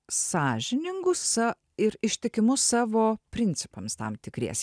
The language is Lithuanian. sąžiningu sa ir ištikimu savo principams tam tikries